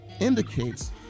indicates